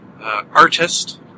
artist